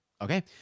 Okay